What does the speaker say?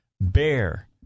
Bear